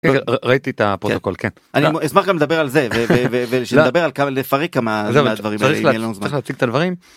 ראיתי את הפרסוקול כן אני אשמח לדבר על זה ולדבר על כמה דברים.